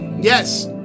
Yes